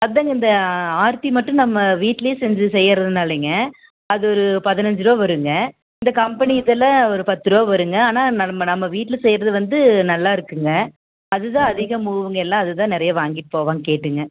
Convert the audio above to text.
அதாங்க இந்த ஆர்த்தி மட்டும் நம்ம வீட்டுல செய்யிறதுனாலைங்க அது ஒரு பதினஞ்சிரூவா வரும்ங்க இந்த கம்பெனி இதெலாம் ஒரு பத்துரூவா வரும்ங்க ஆனால் நம்ம நம்ம வீட்டில் செய்யிறது வந்து நல்லாருக்குங்க அது தான் அதிகம் இவங்க எல்லாம் அது தான் நிறைய வாங்கிட்டு போவாங்க கேட்டுங்க